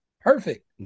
Perfect